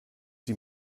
die